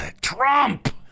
Trump